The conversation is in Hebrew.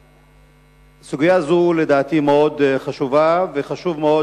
סוגיה זו לדעתי מאוד חשובה וחשוב מאוד